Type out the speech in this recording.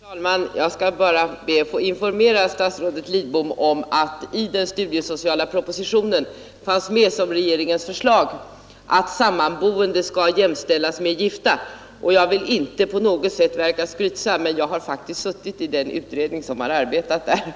Herr talman! Jag skall be att få informera statsrådet Lidbom om att i den sociala studiereformen fanns med som regeringens förslag att sammanboende skulle jämställas med gifta. Jag vill inte på något sätt verka skrytsam, men jag har faktiskt suttit i den utredning som arbetat med de frågorna.